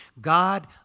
God